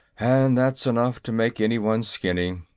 and that's enough to make anyone skinny.